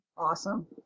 Awesome